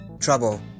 trouble